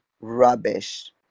rubbish